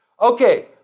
Okay